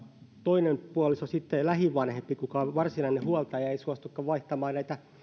toinen puoliso sitten lähivanhempi kuka on varsinainen huoltaja ei suostukaan vaihtamaan näitä